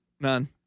none